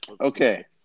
Okay